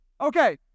Okay